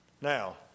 Now